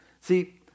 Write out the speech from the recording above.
See